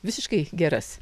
visiškai geras